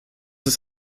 ist